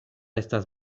estas